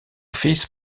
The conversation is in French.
fils